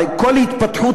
על כל התפתחות,